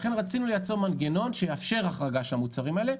לכן רצינו לייצר מנגנון שיאפשר החרגה של המוצרים האלה,